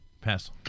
Pass